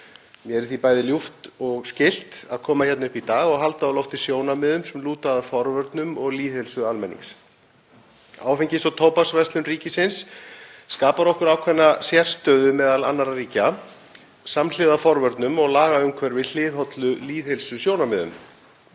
Mér er því bæði ljúft og skylt að koma hingað upp í dag og halda á lofti sjónarmiðum sem lúta að forvörnum og lýðheilsu almennings. Áfengis- og tóbaksverslun ríkisins skapar okkur ákveðna sérstöðu meðal annarra ríkja. Samhliða forvörnum og lagaumhverfi hliðhollu lýðheilsusjónarmiðum